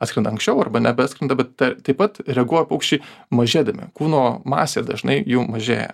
atskrenda anksčiau arba nebeatskrenda bet taip pat reaguoja paukščiai mažėdami kūno masė dažnai jų mažėja